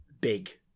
big